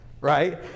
right